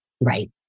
Right